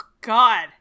God